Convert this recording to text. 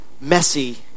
messy